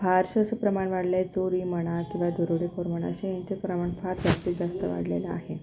फारसं असं प्रमाण वाढलंय चोरी म्हणा किंवा दोरेडेखोर म्हणा अशे यांचे प्रमाण फार जास्तीतजास्त वाढलेलं आहे